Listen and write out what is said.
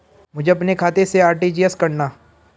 मुझे अपने खाते से आर.टी.जी.एस करना?